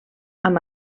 amb